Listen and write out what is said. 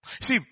See